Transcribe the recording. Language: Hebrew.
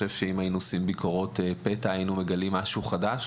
אני לא חושב שאם היינו עושים ביקורות פתע היינו מגלים משהו חדש.